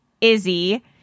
Izzy